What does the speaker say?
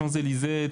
שאנז אליזה,